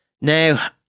Now